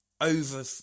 over